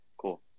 Cool